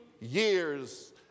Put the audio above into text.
years